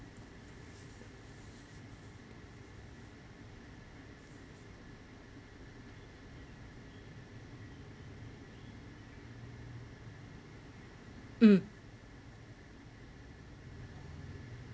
mm